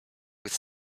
with